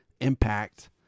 Impact